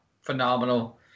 phenomenal